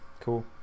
cool